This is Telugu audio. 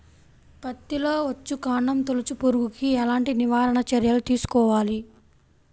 పత్తిలో వచ్చుకాండం తొలుచు పురుగుకి ఎలాంటి నివారణ చర్యలు తీసుకోవాలి?